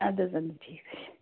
اَدٕ حظ اَدٕ ٹھیٖک حظ چھُ